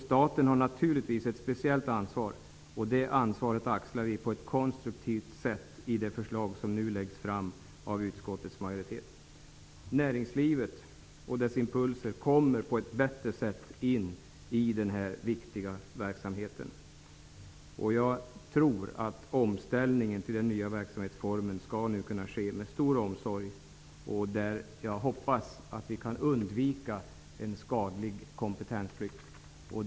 Staten har naturligtvis ett speciellt ansvar, och det ansvaret axlar vi på ett konstruktivt sätt i det förslag som nu läggs fram av utskottets majoritet. Näringslivet med sina impulser kommer på ett bättre sätt in i den här viktiga verksamheten. Jag tror att omställningen till den nya verksamhetsformen skall kunna ske med stor omsorg. Jag hoppas att vi kan undvika en skadlig kompetensflykt.